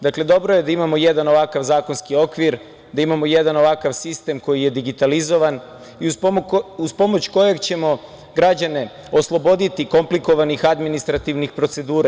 Dakle, dobro je da imamo jedan ovakav zakonski okvir, da imamo jedan ovakav sistem koji je digitalizovan i uz pomoć kojeg ćemo građane osloboditi komplikovanih administrativnih procedura.